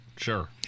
Sure